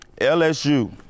LSU